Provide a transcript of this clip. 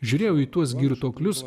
žiūrėjau į tuos girtuoklius